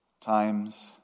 times